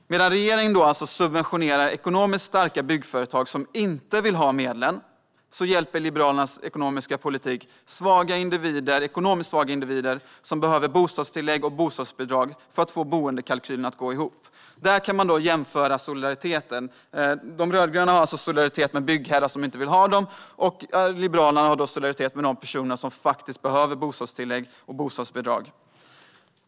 Medan regeringen alltså subventionerar ekonomiskt starka byggföretag som inte vill ha medlen innebär Liberalernas ekonomiska politik ekonomiskt en hjälp för svaga individer som behöver bostadstillägg och bostadsbidrag för att få boendekalkylen att gå ihop. Där kan man alltså jämföra solidariteten - de rödgröna har solidaritet med byggherrar som inte vill ha den, och Liberalerna har solidaritet med de personer som faktiskt behöver bostadstillägg och bostadsbidrag.